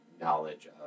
knowledge